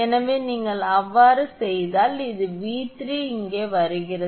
எனவே நீங்கள் அவ்வாறு செய்தால் இது 𝑉3 இங்கு வருகிறது